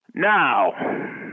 Now